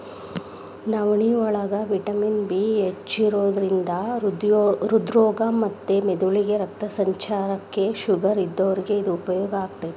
ನವನಿಯೋಳಗ vitamin B ಹೆಚ್ಚಿರೋದ್ರಿಂದ ಹೃದ್ರೋಗ ಮತ್ತ ಮೆದಳಿಗೆ ರಕ್ತ ಸಂಚಾರಕ್ಕ, ಶುಗರ್ ಇದ್ದೋರಿಗೆ ಇದು ಉಪಯೋಗ ಆಕ್ಕೆತಿ